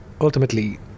ultimately